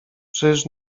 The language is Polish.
czyż